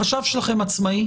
החשב שלכם עצמאי?